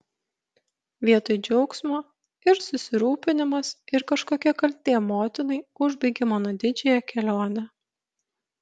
vietoj džiaugsmo ir susirūpinimas ir kažkokia kaltė motinai užbaigė mano didžiąją kelionę